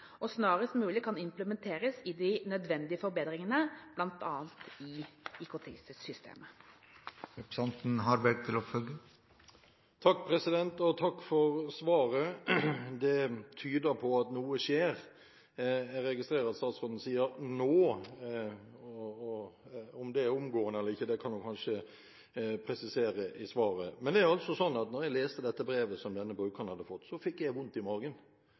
og snarest mulig kan implementere de nødvendige forbedringene, bl.a. i IKT-systemene. Takk for svaret. Det tyder på at noe skjer. Jeg registrerer at statsråden sier «nå». Om det er omgående eller ikke, kan hun kanskje presisere i svaret. Men det er sånn at da jeg leste dette brevet som denne brukeren hadde fått, fikk jeg vondt i